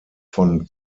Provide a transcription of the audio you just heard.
von